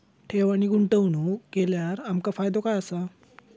ठेव आणि गुंतवणूक केल्यार आमका फायदो काय आसा?